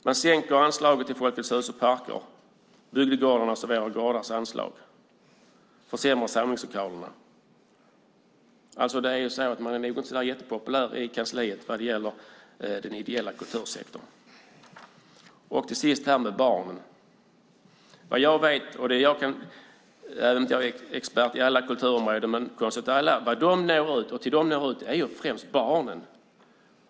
Man sänker anslaget till Folkets Hus och Parker, Bygdegårdarnas och Våra Gårdars anslag. Man försämrar samlingslokalerna. Man är nog inte så jättepopulär i kansliet vad det gäller den ideella kultursektorn. Till sist handlar det om barnen. Jag är inte expert inom alla kulturområden, men Konst åt alla når främst ut till barnen.